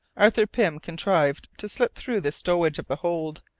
arthur pym contrived to slip through the stowage of the hold,